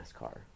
NASCAR